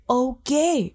okay